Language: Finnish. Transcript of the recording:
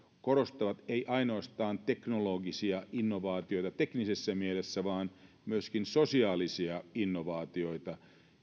korostavat eivät ainoastaan teknologisia innovaatioita teknisessä mielessä vaan myöskin sosiaalisia innovaatioita